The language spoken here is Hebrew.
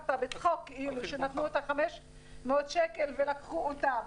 דיברת בצחוק כאילו שנתנו את ה-500 שקל ולקחו אותם